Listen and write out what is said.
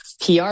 PR